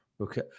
Okay